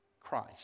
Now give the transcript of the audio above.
Christ